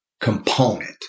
component